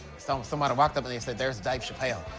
so um somebody walked up and they said, there's dave chapelle,